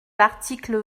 l’article